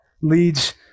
leads